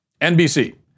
NBC